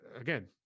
again